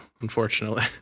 unfortunately